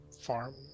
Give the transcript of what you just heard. farm